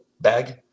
bag